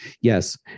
yes